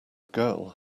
girl